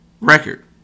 record